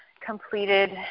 completed